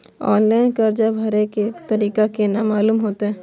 Online कर्जा भरे के तारीख केना मालूम होते?